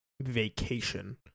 vacation